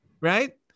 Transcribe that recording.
Right